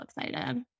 excited